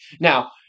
Now